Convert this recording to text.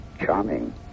charming